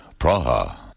Praha